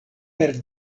per